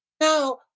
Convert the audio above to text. no